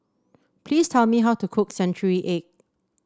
please tell me how to cook Century Egg